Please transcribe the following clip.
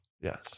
Yes